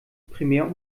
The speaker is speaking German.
primär